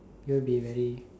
it will be very